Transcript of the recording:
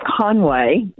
Conway